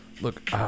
look